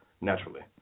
naturally